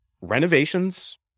renovations